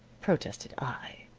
protested i.